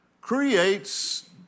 creates